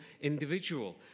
individual